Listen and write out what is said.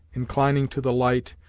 inclining to the light,